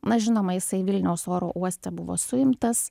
na žinoma jisai vilniaus oro uoste buvo suimtas